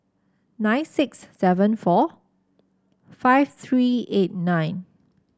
nine six seven four five three eight nine